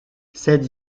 cette